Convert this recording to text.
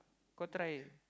go try